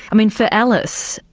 i mean for alice,